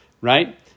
right